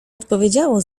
odpowiedziało